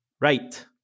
right